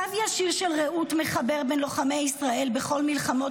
קו ישיר של רעות מחבר בין לוחמי ישראל בכל המלחמות